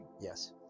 Yes